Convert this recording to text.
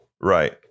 Right